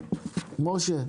בבקשה.